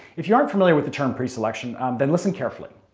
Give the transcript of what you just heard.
if you aren't familiar with the term pre-selection, then listen carefully,